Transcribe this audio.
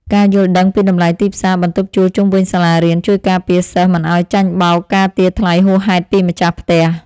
ការយល់ដឹងពីតម្លៃទីផ្សារបន្ទប់ជួលជុំវិញសាលារៀនជួយការពារសិស្សមិនឱ្យចាញ់បោកការទារថ្លៃហួសហេតុពីម្ចាស់ផ្ទះ។